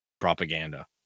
propaganda